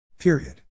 Period